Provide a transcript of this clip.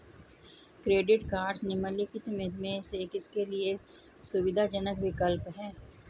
Credit cards निम्नलिखित में से किसके लिए सुविधाजनक विकल्प हैं?